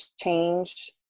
change